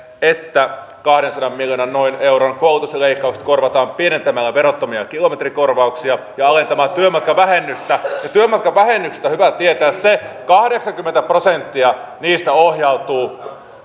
että noin kahdensadan miljoonan euron koulutusleikkaukset korvataan pienentämällä verottomia kilometrikorvauksia ja alentamalla työmatkavähennystä työmatkavähennyksestä on hyvä tietää se että kahdeksankymmentä prosenttia siitä ohjautuu